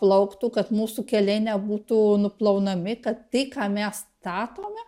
plauktų kad mūsų keliai nebūtų nuplaunami kad tai ką mes statome